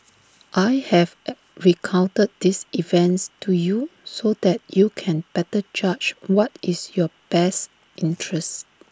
I have A recounted these events to you so that you can better judge what is in your best interests